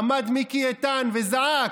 עמד מיקי איתן וזעק,